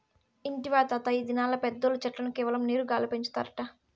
ఇంటివా తాతా, ఈ దినాల్ల పెద్దోల్లు చెట్లను కేవలం నీరు గాల్ల పెంచుతారట